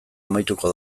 amaituko